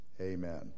Amen